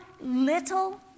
little